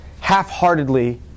half-heartedly